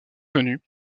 venue